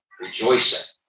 rejoicing